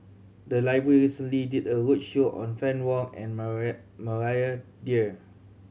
the library recently did a roadshow on Fann Wong and Maria Maria Dyer